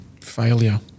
Failure